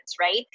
right